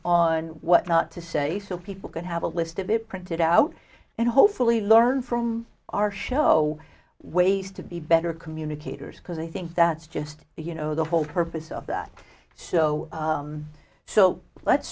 on what not to say so people can have a list of it printed out and hopefully learn from our show ways to be better communicators because i think that's just you know the whole purpose of that so so let's